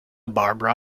barbara